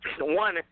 one